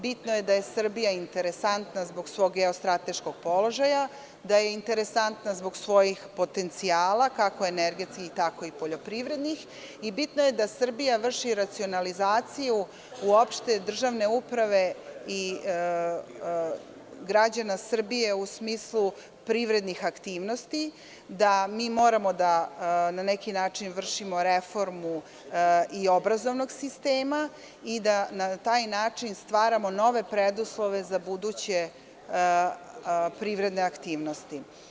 Bitno je da je Srbija interesantna zbog svog geostrateškog položaja, da je interesantna zbog svojih potencijala, kako energetski tako i poljoprivrednih i bitno je da Srbija vrši racionalizaciju uopšte državne uprave i građana Srbije u smislu privrednih aktivnosti, da mi moramo na neki način da vršimo reformu i obrazovnog sistema i da na taj način stvaramo nove preduslove za buduće privredne aktivnosti.